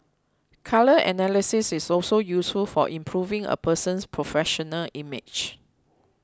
colour analysis is also useful for improving a person's professional image